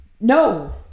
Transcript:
no